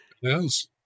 Yes